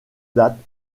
date